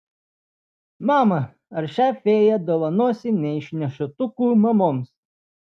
mama ar šią fėją dovanosi neišnešiotukų mamoms